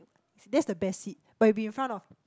that's the best seat but you'll be in front of